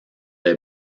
les